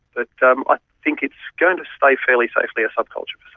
ah um ah think it's going to stay fairly safely a subculture but